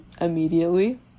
immediately